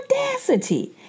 audacity